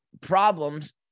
problems